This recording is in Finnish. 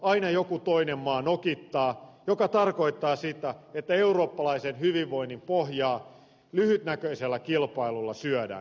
aina joku toinen maa nokittaa mikä tarkoittaa sitä että eurooppalaisen hyvinvoinnin pohjaa lyhytnäköisellä kilpailulla syödään